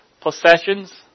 possessions